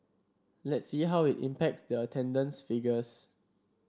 let's see how it impacts the attendance figures